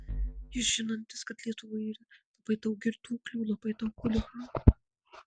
jis žinantis kad lietuvoje yra labai daug girtuoklių labai daug chuliganų